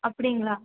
அப்படிங்களா